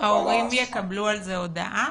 ההורים יקבלו על זה הודעה?